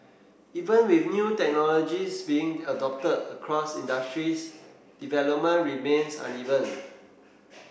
even with new technologies being adopted across industries development remains uneven